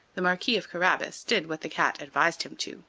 the marquis of carabas did what the cat advised him to,